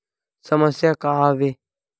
समस्या का आवे?